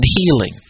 healing